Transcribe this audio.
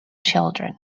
children